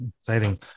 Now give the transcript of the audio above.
exciting